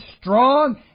strong